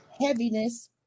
heaviness